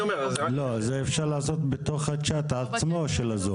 זה אפשר לעשות בתוך ה-צ'ט של ה-זום עצמו.